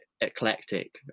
eclectic